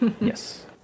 Yes